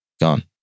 gone